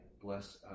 bless